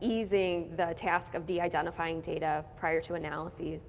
easing the task of de-identifying data prior to analyses.